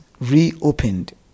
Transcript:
reopened